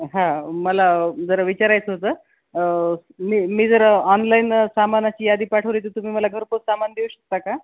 हां मला जरा विचारायचं होतं मी मी जरं ऑनलाईन सामानाची यादी पाठवली तर तुम्ही मला घरपोच सामान देऊ शकता का